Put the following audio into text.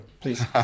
please